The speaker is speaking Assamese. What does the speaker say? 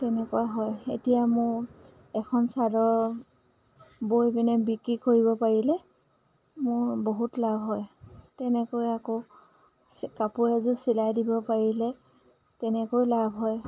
তেনেকুৱা হয় এতিয়া মোৰ এখন চাদৰ বৈ পিনে বিক্ৰী কৰিব পাৰিলে মোৰ বহুত লাভ হয় তেনেকৈ আকৌ কাপোৰ এযোৰ চিলাই দিব পাৰিলে তেনেকৈ লাভ হয়